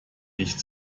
nicht